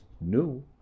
new